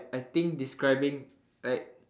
I think describing like